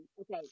Okay